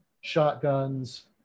shotguns